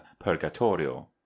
purgatorio